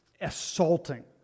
assaulting